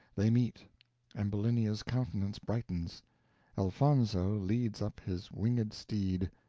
they meet ambulinia's countenance brightens elfonzo leads up his winged steed.